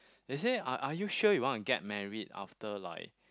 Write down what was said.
they said are are you sure you want to get married after like